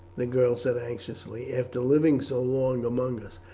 the girl said anxiously, after living so long among us?